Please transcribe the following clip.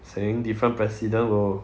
saying different president will